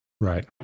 Right